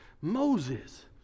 Moses